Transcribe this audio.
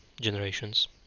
generations